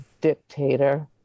dictator